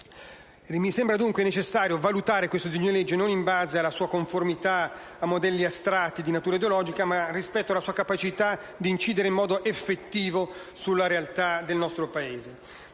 Mi sembra dunque necessario valutare il disegno di legge in esame, non in base alla sua conformità a modelli astratti di natura ideologica, ma rispetto alla sua capacità di incidere in modo effettivo sulla realtà del nostro Paese.